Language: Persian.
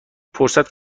فرصت